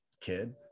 kid